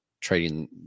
trading